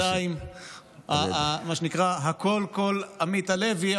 מה שנקרא הקול הוא קול עמית הלוי,